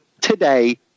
today